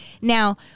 Now